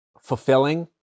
fulfilling